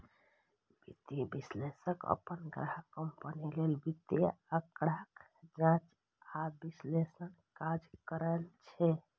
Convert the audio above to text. वित्तीय विश्लेषक अपन ग्राहक कंपनी लेल वित्तीय आंकड़ाक जांच आ विश्लेषणक काज करै छै